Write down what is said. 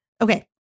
okay